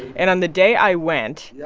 and on the day i went, yeah